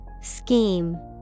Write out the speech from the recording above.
Scheme